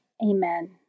Amen